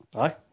Aye